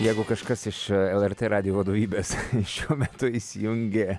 jeigu kažkas iš lrt radijo vadovybės šiuo metu įsijungė